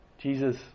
Jesus